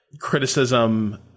criticism